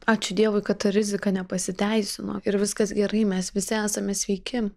ačiū dievui kad ta rizika nepasiteisino ir viskas gerai mes visi esame sveiki